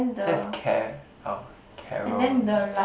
that is care uh Carol Mel